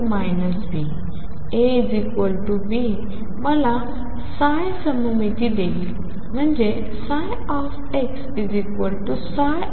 A B मला सममिती देईल म्हणजे xψ